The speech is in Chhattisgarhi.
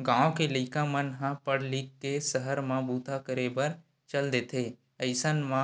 गाँव के लइका मन ह पड़ लिख के सहर म बूता करे बर चल देथे अइसन म